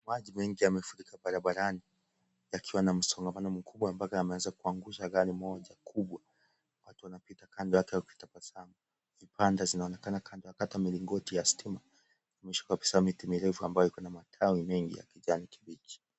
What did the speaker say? Maji mengi yamefurika barabarani ,yakiwa na msongamano mkubwa, mpaka yanataka kuangusha gari moja kubwa. Watu wanapita kando yake wakitabasamu. Vipande zinaonekana kando hata milingoti ya stima. Mwisho kabisa kuna miti mirefu ambayo iko na matawi mengi ya kijani kibichi.